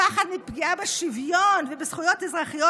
הפחד מפגיעה בשוויון ובזכויות אזרחיות,